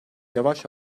yavaş